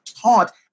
taught